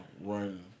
run